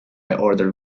ordered